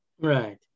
Right